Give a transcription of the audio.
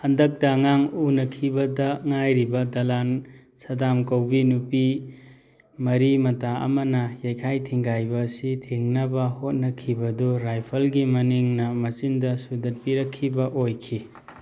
ꯍꯦꯟꯗꯛꯇ ꯑꯉꯥꯡ ꯎꯅꯈꯤꯕꯗ ꯉꯥꯏꯔꯤꯕ ꯗꯂꯥꯜ ꯁꯗꯥꯝ ꯀꯧꯕꯤ ꯅꯨꯄꯤ ꯃꯔꯤ ꯃꯇꯥ ꯑꯃꯅ ꯌꯩꯈꯥꯏ ꯊꯤꯡꯒꯥꯏꯕ ꯑꯁꯤ ꯊꯤꯡꯅꯕ ꯍꯣꯠꯅꯈꯤꯕꯗꯨ ꯔꯥꯏꯐꯜꯒꯤ ꯃꯅꯤꯡꯅ ꯃꯆꯤꯟꯗ ꯁꯨꯗꯠꯄꯤꯔꯛꯈꯤꯕ ꯑꯣꯏꯈꯤ